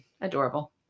Adorable